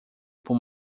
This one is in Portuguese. por